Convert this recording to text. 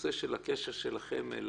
בנושא של הקשר שלכם אל